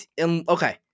Okay